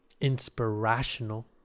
Inspirational